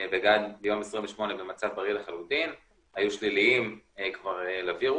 --- 28 במצב בריא לחלוטין, היו שליליים לווירוס